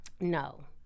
No